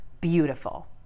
beautiful